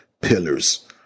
pillars